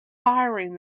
firing